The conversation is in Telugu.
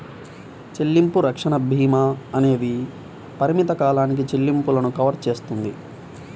చెల్లింపు రక్షణ భీమా అనేది పరిమిత కాలానికి చెల్లింపులను కవర్ చేస్తుంది